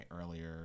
earlier